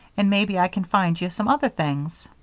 and maybe i can find you some other things.